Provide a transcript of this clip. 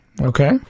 Okay